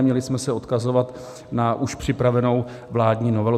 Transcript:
Měli jsme se odkazovat na už připravenou vládní novelu.